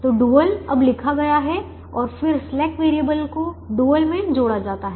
तो डुअल अब लिखा गया है और फिर स्लैक वैरिएबल को डुअल में जोड़ा जाता है